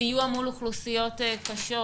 סיוע מול אוכלוסיות קשות,